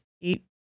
eat